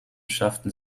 schafften